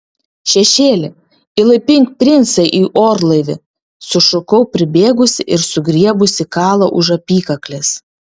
šešėli įlaipink princą į orlaivį sušukau pribėgusi ir sugriebusi kalą už apykaklės